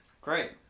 Great